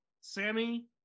Sammy